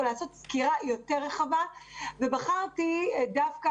או לעשות סקירה יותר רחבה; ובחרתי דווקא,